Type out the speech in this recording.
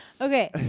Okay